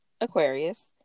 Aquarius